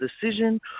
decision